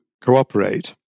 cooperate